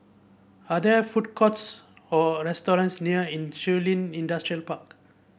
are there food courts or restaurants near Yin Shun Li Industrial Park